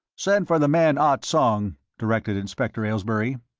send for the man, ah tsong, directed inspector aylesbury.